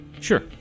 Sure